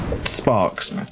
sparks